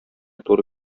туры